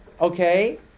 okay